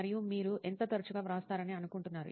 మరియు మీరు ఎంత తరచుగా వ్రాస్తారని అనుకుంటున్నారు